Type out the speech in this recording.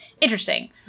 Interesting